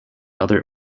other